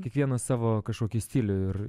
kiekvienas savo kažkokį stilių ir